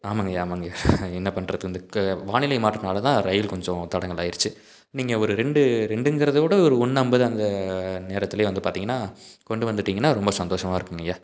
ஆமாங்கய்யா ஆமாங்கய்யா என்ன பண்ணுறது இந்த க வானிலை மாற்றத்தினால தான் ரயில் கொஞ்சம் தடங்கலாகிடுச்சு நீங்கள் ஒரு ரெண்டு ரெண்டுங்கிறதவிட ஒரு ஒன்று ஐம்பது அந்த நேரத்துலேயே வந்து பார்த்திங்கனா கொண்டு வந்துட்டீங்கன்னா ரொம்ப சந்தோஷமாக இருக்குதுங்கய்யா